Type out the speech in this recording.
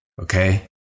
Okay